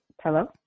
Hello